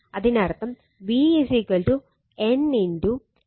അതിനർത്ഥം v N d∅ d t എന്നാണ്